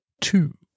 two